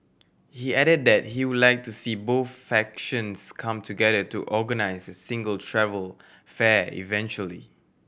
he added that he would like to see both factions come together to organise a single travel fair eventually